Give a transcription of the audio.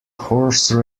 horse